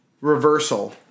reversal